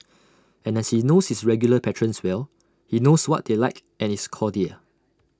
and as he knows his regular patrons well he knows what they like and is cordial